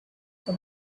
for